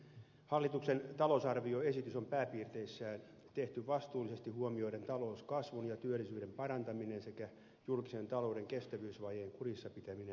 hallituksen talousarvioesitys on pääpiirteissään tehty vastuullisesti huomioiden talouskasvun ja työllisyyden parantaminen sekä julkisen talouden kestävyysvajeen kurissa pitäminen pitkällä aikavälillä